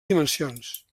dimensions